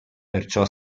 perciò